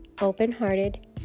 open-hearted